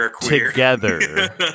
together